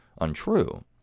untrue